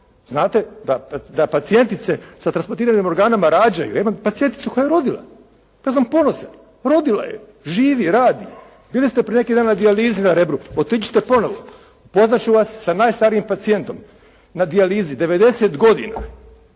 znate da pacijentice sa transplantiranim organima rađaju. Ja imam pacijenticu koja je rodila. Ja sam ponosan. Rodila je, živi, radi. Bili ste prije neki dan na dijalizi na Rebru. Otiđite ponovo. Upoznat ću vas sa najstarijim pacijentom na dijalizi. 90 godina,